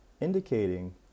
indicating